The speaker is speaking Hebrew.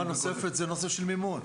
דוגמה נוספת זה הנושא של מימון.